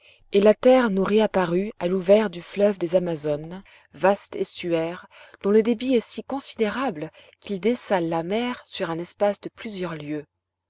et la terre nous réapparut à l'ouvert du fleuve des amazones vaste estuaire dont le débit est si considérable qu'il dessale la mer sur un espace de plusieurs lieues